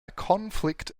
conflict